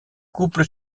couple